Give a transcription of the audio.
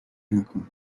نکنم